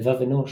ו"לבב אנוש"